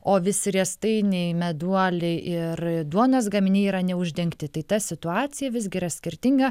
o visi riestainiai meduoliai ir duonos gaminiai yra neuždengti tai ta situacija visgi yra skirtinga